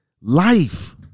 life